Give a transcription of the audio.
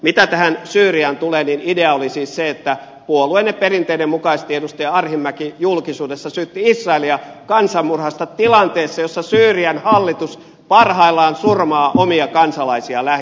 mitä syyriaan tulee niin idea oli siis se että puolueenne perinteiden mukaisesti edustaja arhinmäki julkisuudessa syytti israelia kansanmurhasta tilanteessa jossa syyrian hallitus parhaillaan surmaa omia kansalaisiaan lähi idässä